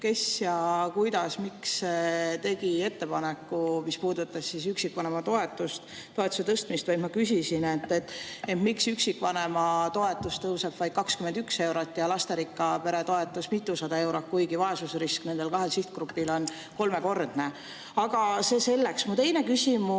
kes ja kuidas ja miks tegi ettepaneku, mis puudutas üksikvanema toetuse tõstmist. Ma küsisin, miks üksikvanema toetus tõuseb vaid 21 eurot ja lasterikka pere toetus mitusada eurot, kuigi vaesusriski [vahe] nendel kahel sihtgrupil on kolmekordne. Aga see selleks. Mu teine küsimus